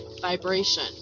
vibration